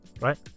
right